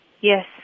yes